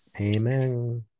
Amen